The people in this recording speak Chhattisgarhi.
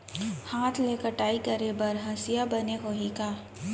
हाथ ले कटाई करे बर हसिया बने होही का?